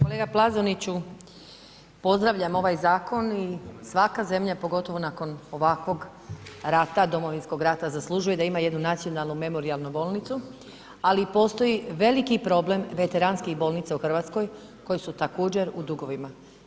Kolega Plazoniću, pozdravljam ovaj zakon i svaka zemlja pogotovo nakon ovakvog rata, Domovinskog rata zaslužuje da ima jednu nacionalnu memorijalnu bolnicu, ali i postoji veliki problem veteranskih bolnica u Hrvatskoj koje su također u dugovima.